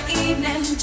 evening